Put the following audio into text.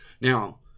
Now